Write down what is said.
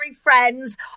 friends